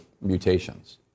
mutations